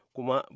Kuma